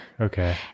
Okay